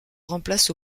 remplace